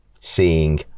seeing